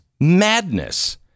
Madness